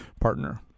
partner